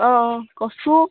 অঁ অঁ কচু